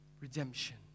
redemption